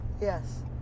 yes